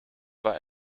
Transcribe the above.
war